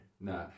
No